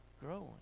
growing